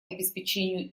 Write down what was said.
обеспечению